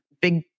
big